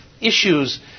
issues